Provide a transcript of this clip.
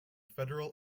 federal